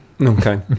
Okay